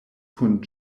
kun